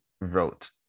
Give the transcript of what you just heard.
wrote